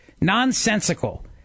Nonsensical